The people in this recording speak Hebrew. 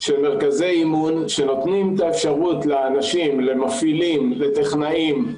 של מרכזי אימון שנותנים את האפשרות לאנשים למפעילים לטכנאים,